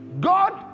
god